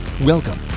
Welcome